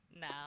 No